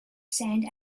sands